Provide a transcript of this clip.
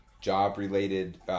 job-related